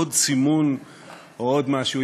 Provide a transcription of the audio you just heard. עוד סימון או עוד משהו.